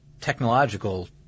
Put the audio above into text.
technological